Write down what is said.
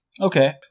Okay